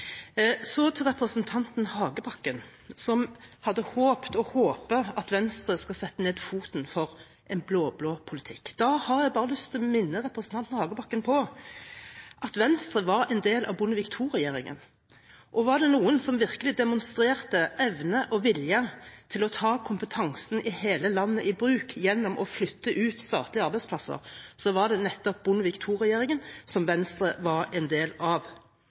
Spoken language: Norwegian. Så til representanten Hagebakken, som hadde håpet, og håper, at Venstre skal sette ned foten for en blå-blå politikk. Da har jeg bare lyst til å minne representanten Hagebakken om at Venstre var en del av Bondevik II-regjeringen. Og var det noen som virkelig demonstrerte evne og vilje til å ta kompetansen i hele landet i bruk gjennom å flytte ut statlige arbeidsplasser, var det nettopp Bondevik II-regjeringen, som Venstre var en del av.